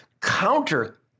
counter